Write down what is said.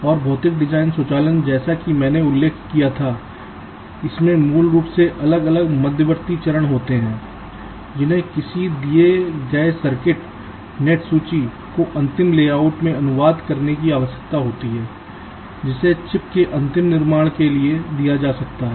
और भौतिक डिजाइन स्वचालन जैसा कि मैंने उल्लेख किया था इसमें मूल रूप से अलग अलग मध्यवर्ती चरण होते हैं जिन्हें किसी दिए गए सर्किट नेट सूची को अंतिम लेआउट में अनुवाद करने की आवश्यकता होती है जिसे चिप के अंतिम निर्माण के लिए दिया जा सकता है